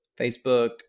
Facebook